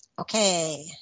Okay